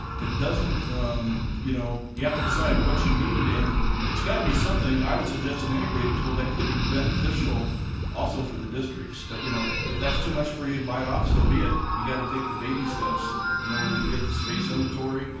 it doesn't um you know, you have to decide what you need and it's got to be something i would suggest an integrated tool that could be beneficial also for the districts. but, you know, if that's too much for you to bite off, so be it. you got to take the baby steps in order to get the space inventory,